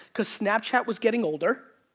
because snapchat was getting older,